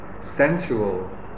sensual